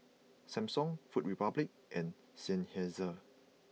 Samsung Food Republic and Seinheiser